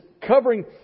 covering